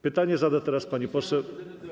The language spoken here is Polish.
Pytanie zada teraz pani poseł.